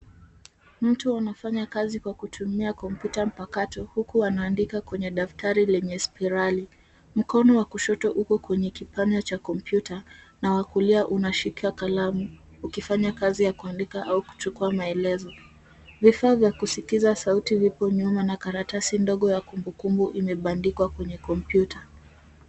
Mtu anafanya kazi kwa kutumia kompyuta mpakato huku akiiandikia kwenye daftari lenye spirali, mkono wa kushoto uko kwenye kipanya na wa kulia unashika kalamu, ukifanya kazi ya kuandika au kuchukua maelezo. Vifaa vya kusikiliza sauti vipo nyuma, na karatasi ndogo ya kumbukumbu imekibandikwa kwenye kompyuta.